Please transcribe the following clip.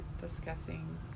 discussing